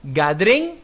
gathering